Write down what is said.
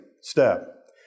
step